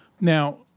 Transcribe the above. now